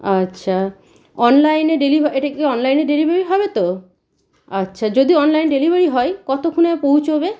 আচ্ছা অনলাইনে ডেলিভা এটা কি অনলাইনে ডেলিভারি হবে তো আচ্ছা যদি অনলাইনে ডেলিভারি হয় কতক্ষণে পৌঁছবে